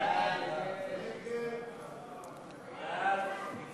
סעיפים 1 3